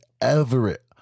Everett